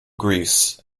greece